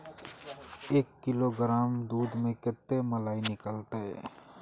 एक किलोग्राम दूध में कते मलाई निकलते?